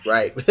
Right